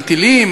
על טילים,